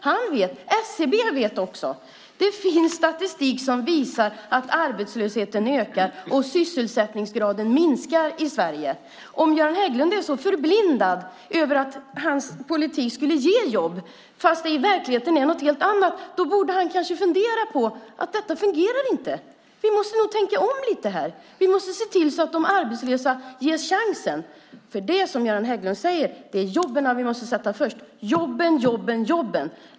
Han vet. Också SCB vet. Det finns statistik som visar att arbetslösheten ökar och att sysselsättningsgraden minskar i Sverige. Om Göran Hägglund är så förblindad av tron på att hans politik ger jobb fastän det i verkligheten är på ett helt annat sätt borde han kanske fundera på att det inte fungerar och tänka: Vi måste nog tänka om lite här och se till att de arbetslösa ges en chans. Det är som Göran Hägglund säger. Det är jobben vi måste sätta först. Jobben, jobben, jobben!